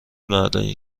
مردا